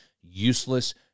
useless